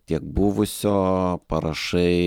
tiek buvusio parašai